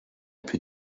plus